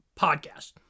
podcast